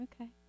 Okay